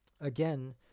again